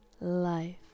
life